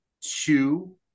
Two